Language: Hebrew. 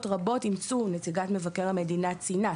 רבות אימצו נציגת מבקר המדינה ציינה,